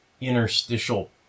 interstitial